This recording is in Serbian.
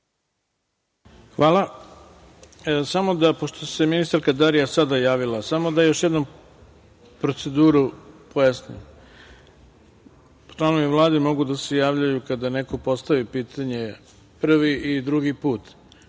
Hvala. Pošto se ministarka Darija sada javila, samo da još jednom proceduru pojasnim. Članovi Vlade mogu da se javljaju kada neko postavi pitanje prvi i drugi put,